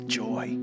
joy